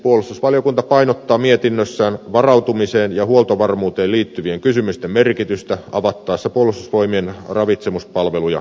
puolustusvaliokunta painottaa mietinnössään varautumiseen ja huoltovarmuuteen liittyvien kysymysten merkitystä avattaessa puolustusvoimien ravitsemuspalveluja kilpailulle